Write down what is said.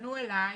פנו אליי,